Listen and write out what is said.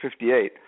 58